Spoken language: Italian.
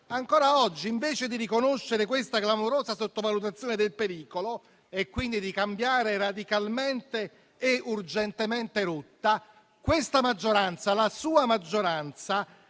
Ancora oggi, invece di riconoscere questa clamorosa sottovalutazione del pericolo e quindi di cambiare radicalmente e urgentemente rotta, la sua maggioranza punta il dito non